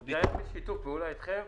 היה שיתוף פעולה אתכם.